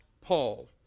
Paul